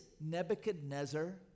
Nebuchadnezzar